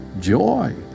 joy